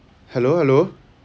hello hello